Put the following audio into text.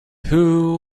who